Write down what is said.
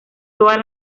toda